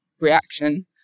reaction